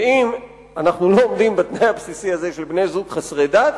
ואם אנחנו לא עומדים בתנאי הבסיסי הזה של בני-זוג חסרי דת,